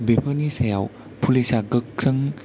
बेफोरनि सायाव पुलिसा गोख्रों